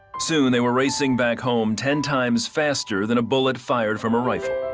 soon they were racing back home ten times faster than a bullet fired from a rifle.